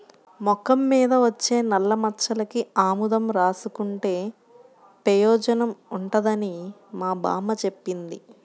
మొఖం మీద వచ్చే నల్లమచ్చలకి ఆముదం రాసుకుంటే పెయోజనం ఉంటదని మా బామ్మ జెప్పింది